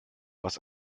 was